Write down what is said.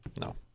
No